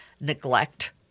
neglect